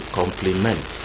complement